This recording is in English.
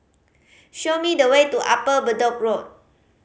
show me the way to Upper Bedok Road